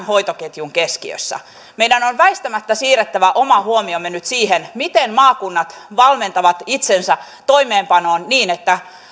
hoitoketjun keskiössä meidän on väistämättä siirrettävä oma huomiomme nyt siihen miten maakunnat valmentavat itsensä toimeenpanoon niin että